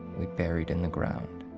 buried in the ground,